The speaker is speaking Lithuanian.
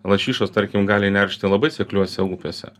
lašišos tarkim gali neršti labai sekliose upėse